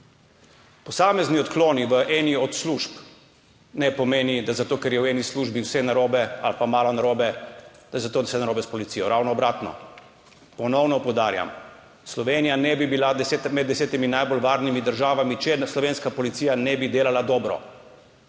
Posamezni odkloni v eni od služb, ne pomeni, da zato, ker je v eni službi vse narobe ali pa malo narobe, da je za to vse narobe s policijo. Ravno obratno. Ponovno poudarjam, Slovenija ne bi bila med desetimi najbolj varnimi državami, če slovenska policija ne bi delala dobro.